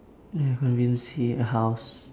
ya conveniency and house